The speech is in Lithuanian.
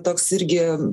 toks irgi